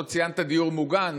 לא ציינת דיור מוגן,